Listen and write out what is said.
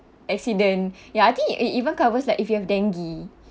accident ya I think it it even covers like if you have dengue